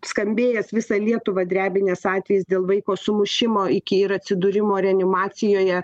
skambėjęs visą lietuvą drebinęs atvejis dėl vaiko sumušimo iki ir atsidūrimo reanimacijoje